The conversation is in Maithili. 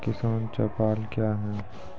किसान चौपाल क्या हैं?